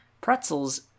pretzels